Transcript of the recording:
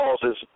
causes